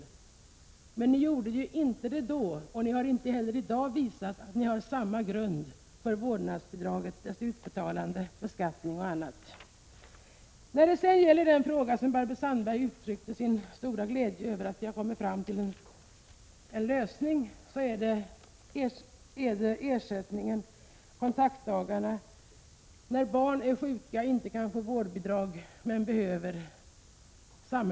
Men ni lyckades inte klara denna fråga när ni hade regeringsmakten, och de borgerliga partierna kan inte heller i dag visa att de står på samma grund när det gäller vårdnadsbidraget, dess utbetalande, beskattningen av bidraget, osv. Barbro Sandberg uttryckte sin stora glädje över att vi kommit fram till en lösning när det gäller frågan om ersättning för vård av ofta sjuka barn eller barn som drabbas av en allvarlig sjukdom under en begränsad tid.